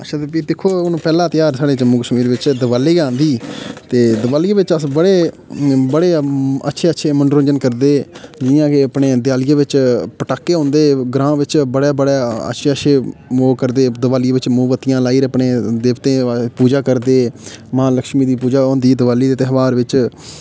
अच्छा भी हून दिक्खो पैह्ला ध्यार साढ़े जम्मू कश्मीर बिच दिवाली गै आंदी ते दिवालिये बिच अस बड़े बड़े अच्छे अच्छे मनोरंजन करदे जि'यां के अपने दियालिये बिच पटाखे औंदे ग्रांऽ बिच बड़े बड़े अच्छे अच्छे ओह् करदे दिवालिये बिच मोमबतियां लाई'र अपने देवतें दी पूजा करदे मां लक्ष्मी दी पूजा होंदी दिवाली दे त्यौहार बिच